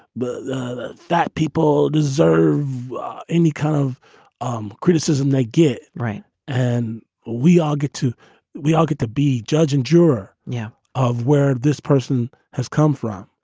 but that people deserve any kind of um criticism they get right and we all get to we all get to be judge and juror. yeah. of where this person has come from.